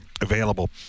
available